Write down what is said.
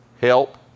help